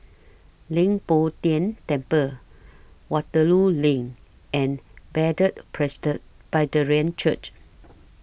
Leng Poh Tian Temple Waterloo LINK and Bethel Presbyterian Church